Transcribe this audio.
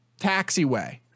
taxiway